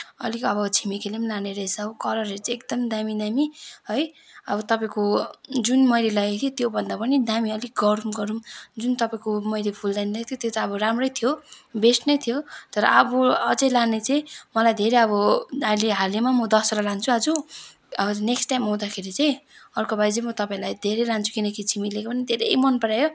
अलिक अब छिमेकीले पनि लाने रहेछ हो कलरहरू चाहिँ एकदम दामी दामी है अब तपाईँको जुन मैले लागेको थिएँ त्योभन्दा पनि दामी अलिक गह्रुङ्ग गह्रुङ्ग जुन तपाईँको मैले फुलदानी लगेको थिएँ त्यो चाहिँ अब राम्रै थियो बेस्ट नै थियो तर अब अझै लाने चाहिँ मलाई धेरै अब अहिले हालैमा म दसवटा लान्छु आज नेक्स्ट टाइम म आउँदाखेरि चाहिँ अर्को पालि चाहिँ म तपाईँलाई धेरै लान्छु किनकि छिमेकीले पनि धेरै मन परायो